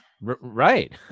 Right